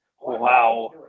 Wow